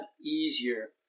easier